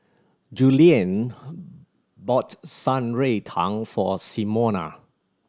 Julianne bought Shan Rui Tang for Simona